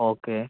okay